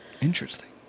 Interesting